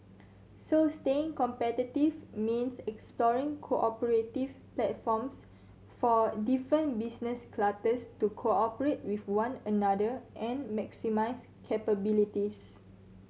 so staying competitive means exploring cooperative platforms for different business clusters to cooperate with one another and maximise capabilities